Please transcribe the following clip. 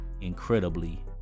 incredibly